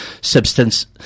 substance